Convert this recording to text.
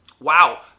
Wow